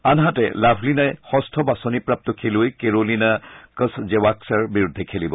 আনহাতে লাভলিনাই যষ্ঠ বাছনিপ্ৰাপ্ত খেলুৱৈ কেৰলিনা কচজেৱাস্কাৰ বিৰুদ্ধে খেলিব